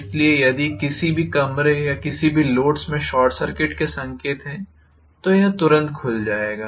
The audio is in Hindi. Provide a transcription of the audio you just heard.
इसलिए यदि किसी भी कमरे या किसी भी लोड्स में शॉर्ट सर्किट के संकेत हैं तो तुरंत यह खुल जाएगा